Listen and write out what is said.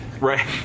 Right